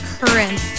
current